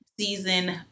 season